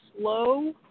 slow